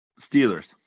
Steelers